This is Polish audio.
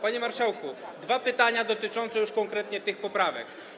Panie marszałku, dwa pytania dotyczące już konkretnie tych poprawek.